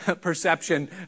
perception